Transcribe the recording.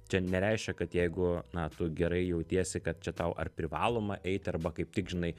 čia nereiškia kad jeigu na tu gerai jautiesi kad čia tau ar privaloma eiti arba kaip tik žinai